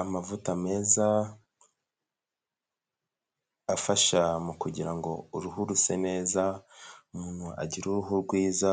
Amavuta meza afasha mu kugira ngo uruhu ruse neza, umuntu agire uruhu rwiza,